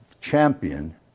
champion